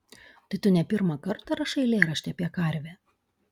tai tu ne pirmą kartą rašai eilėraštį apie karvę